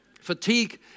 Fatigue